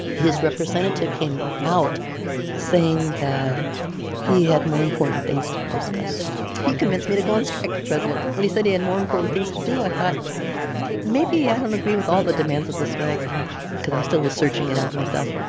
his representative came out saying that he had more important things to discuss he convinced me to go on strike, the president. when he said he had more important things to do, i thought maybe i don't agree with all the demands of the strike because i still was searching it out myself